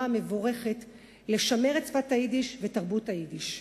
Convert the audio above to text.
המבורכת לשמר את שפת היידיש ותרבות היידיש.